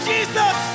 Jesus